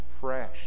fresh